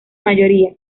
mayoría